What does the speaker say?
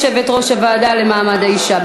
יושבת-ראש הוועדה למעמד האישה.